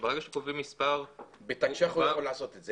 ברגע שקובעים מספר --- בתקש"ח הוא יכול לעשות את זה.